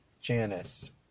Janice